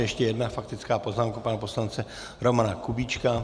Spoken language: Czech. Ještě jedna faktická poznámka pana poslance Romana Kubíčka.